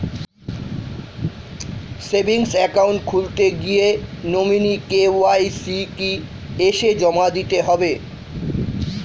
Savings account খুলতে গিয়ে nominee KYC কি এসে জমা দিতে হবে?